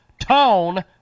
tone